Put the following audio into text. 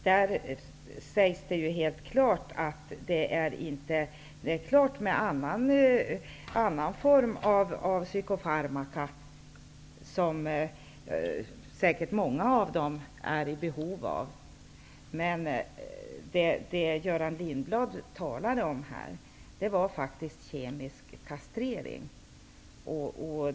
Där sägs det klart att det inte är utrett vilken form av psykofarmaka som skall användas, som säkert många av dem är i behov av. Göran Lindblad talar faktiskt om kemisk kastrering.